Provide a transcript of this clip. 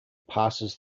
passes